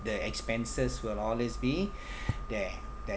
the expenses will always be there that